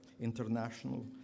international